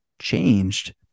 changed